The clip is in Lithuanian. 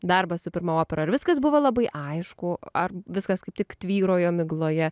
darbą su pirma opera ar viskas buvo labai aišku ar viskas kaip tik tvyrojo migloje